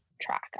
track